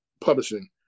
Publishing